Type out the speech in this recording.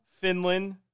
Finland